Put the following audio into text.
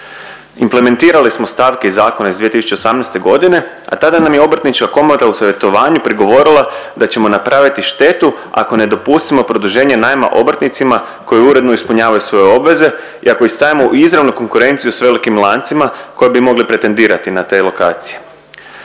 Implementirali smo stavke iz zakona iz 2018. godine, a tada nam je Obrtnička komora u savjetovanju prigovorila da ćemo napraviti štetu ako ne dopustimo produženje najma obrtnicima koji uredno ispunjavaju svoje obveze i ako ih stavimo u izravnu konkurenciju sa velikim lancima koje bi mogle pretendirati na te lokacije.